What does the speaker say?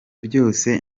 byose